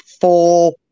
four